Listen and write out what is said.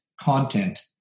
content